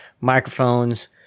microphones